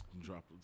Drop